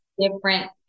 different